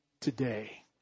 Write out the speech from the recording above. today